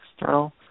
external